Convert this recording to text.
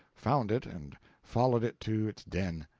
found it and followed it to its den.